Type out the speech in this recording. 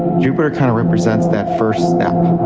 jupiter kind of represents that first step.